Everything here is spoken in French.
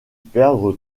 perdre